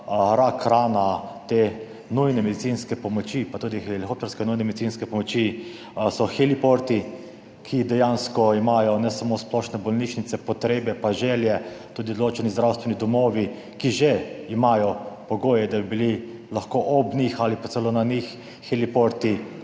rakrana te nujne medicinske pomoči, pa tudi helikopterske nujne medicinske pomoči, heliporti, po katerih dejansko imajo ne samo splošne bolnišnice potrebe pa želje, tudi določeni zdravstveni domovi, ki že imajo pogoje, da bi lahko bili ob njih ali pa celo na njih heliporti,